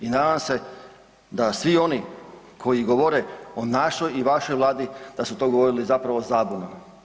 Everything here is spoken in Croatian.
I nadam se da svi oni koji govore o našoj i vašoj vladi da su to govorili zapravo zabunom.